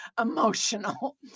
emotional